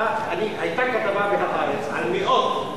היתה כתבה ב"הארץ" על מאות,